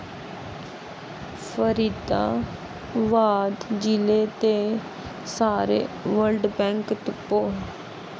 फरीदाबाद जि'ले दे सारे वर्ल्ड बैंक तुप्पो